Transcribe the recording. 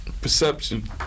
Perception